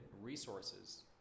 resources